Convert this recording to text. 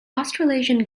australasian